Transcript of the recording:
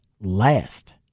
last